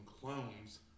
clones